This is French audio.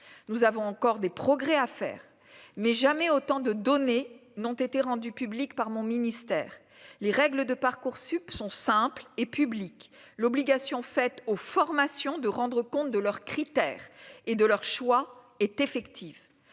nous avons encore des progrès à faire mais jamais autant de données n'ont été rendus publiques par mon ministère, les règles de Parcoursup sont simples et public : l'obligation faite aux formations de rendre compte de leurs critères et de leur choix est effectif